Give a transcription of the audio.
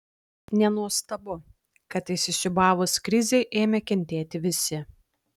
nenuostabu kad įsisiūbavus krizei ėmė kentėti visi